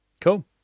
cool